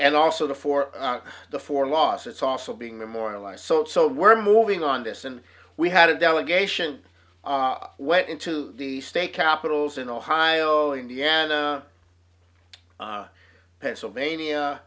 and also the for the for los it's also being memorialized so so we're moving on this and we had a delegation went into the state capitals in ohio indiana pennsylvania